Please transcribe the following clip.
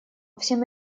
всем